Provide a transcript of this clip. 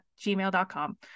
gmail.com